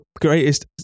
greatest